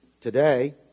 Today